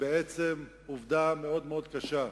עובדה מאוד מאוד קשה,